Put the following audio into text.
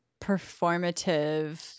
performative